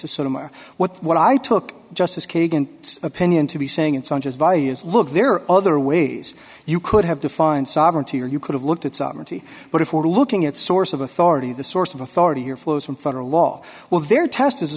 of what what i took justice kagan opinion to be saying it sounds as values look there are other ways you could have defined sovereignty or you could have looked at sovereignty but if we're looking at source of authority the source of authority here flows from federal law well their test is a